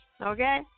okay